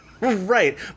Right